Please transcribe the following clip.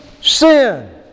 sin